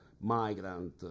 migrant